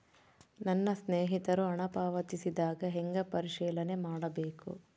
ನನ್ನ ಸ್ನೇಹಿತರು ಹಣ ಪಾವತಿಸಿದಾಗ ಹೆಂಗ ಪರಿಶೇಲನೆ ಮಾಡಬೇಕು?